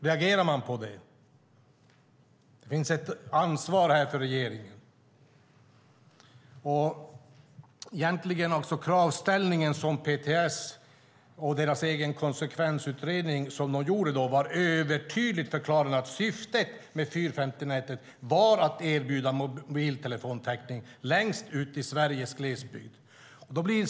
Reagerade man på det? Regeringen har ett ansvar här. De krav som PTS ställde och den konsekvensutredning som de gjorde förklarade övertydligt att syftet med 450-nätet var att erbjuda mobiltelefonitäckning längst ut i Sveriges glesbygd.